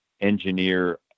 engineer